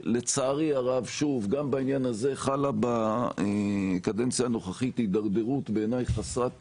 שלצערי הרב גם בעניין הזה חלה בקדנציה הנוכחית התדרדרות חסרת תקדים,